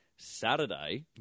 Saturday